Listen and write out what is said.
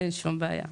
אין שום בעיה.